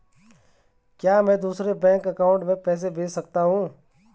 क्या मैं दूसरे बैंक अकाउंट में पैसे भेज सकता हूँ?